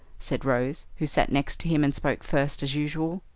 said rose, who sat next him, and spoke first, as usual.